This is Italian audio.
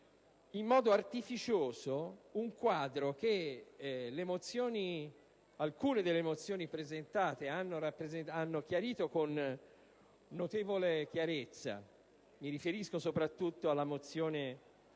in modo artificioso un quadro che alcune delle mozioni presentate hanno descritto con notevole chiarezza. Mi riferisco soprattutto alla mozione